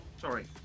Sorry